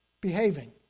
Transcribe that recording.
Behaving